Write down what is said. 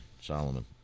Solomon